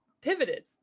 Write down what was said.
pivoted